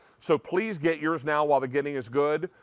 so please, get yours, now while the getting is good.